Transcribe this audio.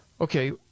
Okay